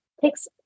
takes